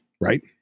right